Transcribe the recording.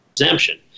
exemption